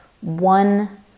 one